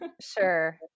Sure